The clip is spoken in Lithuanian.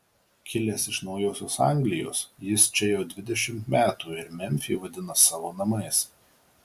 kilęs iš naujosios anglijos jis čia jau dvidešimt metų ir memfį vadina savo namais